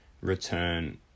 return